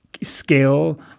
scale